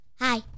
Hi